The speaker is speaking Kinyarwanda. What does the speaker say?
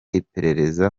iperereza